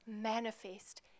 manifest